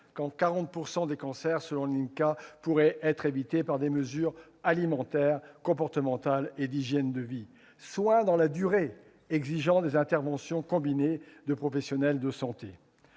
national du cancer, pourraient être évités par des mesures alimentaires, comportementales et d'hygiène de vie -, soins dans la durée exigeant des interventions combinées de professionnels de santé